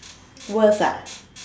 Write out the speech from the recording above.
worst ah